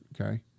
okay